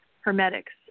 hermetics